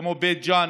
כמו בבית ג'ן,